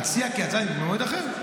אציע כי ההצבעה תתקיים במועד אחר.